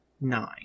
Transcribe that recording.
Nine